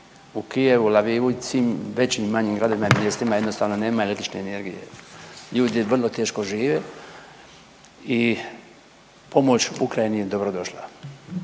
U Kijevu, Lavovu i svim većim i manjim gradovima i mjestima jednostavno nema električne energije. Ljudi vrlo teško žive i pomoć Ukrajini je dobro došla.